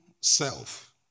self